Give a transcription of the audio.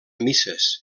misses